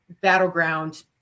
battleground